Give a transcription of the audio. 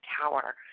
tower